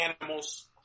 animals